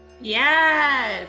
yes